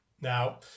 now